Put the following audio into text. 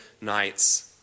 nights